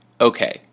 Okay